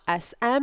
SM